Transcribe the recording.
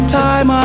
time